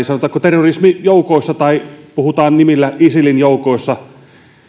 sanotaanko terrorismijoukoissa tai puhutaan nimillä isilin joukoissa